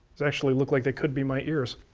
these actually look like they could be my ears.